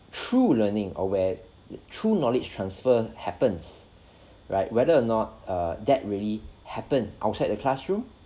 through learning or where true knowledge transfer happens right whether or not err that really happened outside the classroom